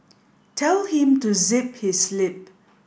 tell him to zip his lip